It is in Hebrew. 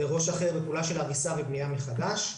בראש אחר פעולה של הריסה ובנייה מחדש,